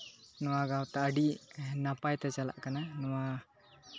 ᱱᱚᱣᱟ ᱜᱟᱶᱛᱟ ᱟᱹᱰᱤ ᱱᱟᱯᱟᱭᱛᱮ ᱪᱟᱞᱟᱜ ᱠᱟᱱᱟ ᱱᱚᱣᱟ